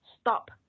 Stop